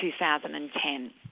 2010